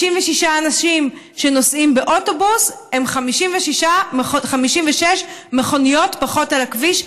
56 אנשים שנוסעים באוטובוס הם 56 מכוניות פחות על הכביש,